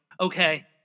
okay